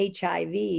HIV